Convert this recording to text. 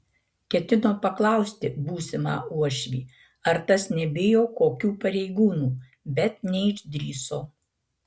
ketino paklausti būsimą uošvį ar tas nebijo kokių pareigūnų bet neišdrįso